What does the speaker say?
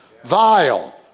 Vile